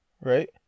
right